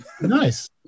Nice